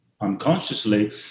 unconsciously